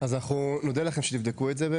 אנחנו נודה לכם שתבדקו את זה,